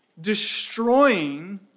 destroying